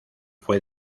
fue